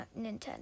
Nintendo